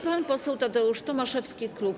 Pan poseł Tadeusz Tomaszewski, klub